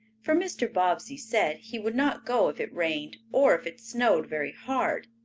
for mr. bobbsey said he would not go if it rained or if it snowed very hard.